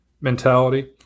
mentality